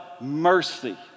mercy